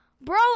Bro